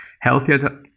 Healthier